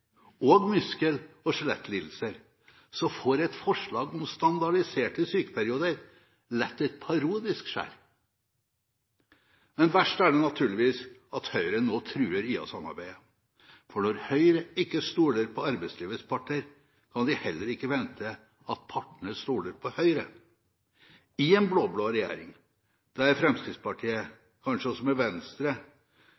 og muskel- og skjelettlidelser, får et forslag om standardiserte sykeperioder lett et parodisk skjær. Men verst er det naturligvis at Høyre nå truer IA-samarbeidet. For når Høyre ikke stoler på arbeidslivets parter, kan de heller ikke forvente at partene stoler på Høyre. I en blå-blå regjering med Fremskrittspartiet, kanskje også med Venstre, er